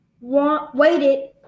waited